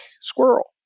squirrel